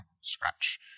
scratch